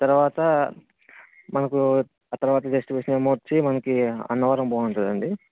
తర్వాత మనకు ఆ తర్వాత డెస్టినేషను వచ్చి మనకి అన్నవరం బాగుంటుందండి